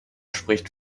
spricht